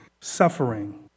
suffering